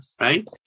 right